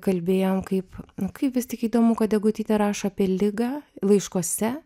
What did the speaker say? kalbėjom kaip kai vis tik įdomu kad degutytė rašo apie ligą laiškuose